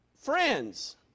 friends